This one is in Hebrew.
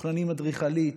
מתוכננים אדריכלית,